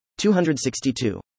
262